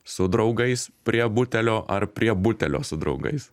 su draugais prie butelio ar prie butelio su draugais